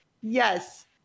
Yes